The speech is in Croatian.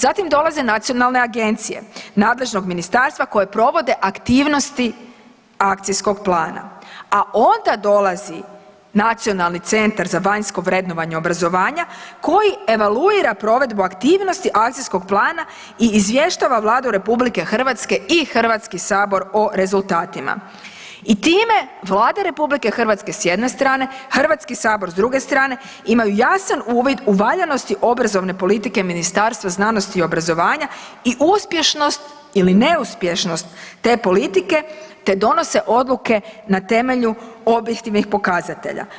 Zatim dolaze nacionalne agencije nadležnog ministarstva koje provode aktivnosti akacijskog plana a onda dolazi Nacionalni centar za vanjsko vrednovanje obrazovanja koji evaluira provedbu aktivnosti akcijskog plana i izvještava Vladu RH i Hrvatski sabor o rezultatima i time Vlada RH s jedne strane, Hrvatski sabor s druge strane, imaju jasan uvid u valjanosti obrazovne politike Ministarstva znanosti i obrazovanja i uspješnost ili neuspješnost te politike te donose odluke na temelju objektivnih pokazatelja.